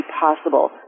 possible